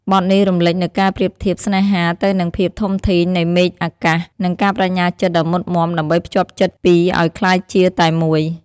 បទនេះរំលេចនូវការប្រៀបធៀបស្នេហាទៅនឹងភាពធំធេងនៃមេឃអាកាស និងការប្តេជ្ញាចិត្តដ៏មុតមាំដើម្បីភ្ជាប់ចិត្តពីរឲ្យក្លាយជាតែមួយ។